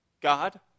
God